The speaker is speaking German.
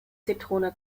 zitrone